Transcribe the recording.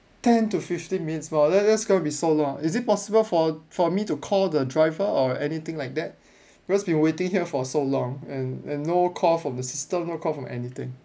ten to fifteen minutes well that's that's gonna be so long is it possible for for me to call the driver or anything like that because been waiting here for so long and and no call from the system no call from anything